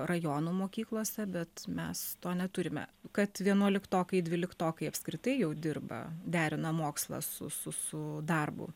rajonų mokyklose bet mes to neturime kad vienuoliktokai dvyliktokai apskritai jau dirba derina mokslą su su su darbu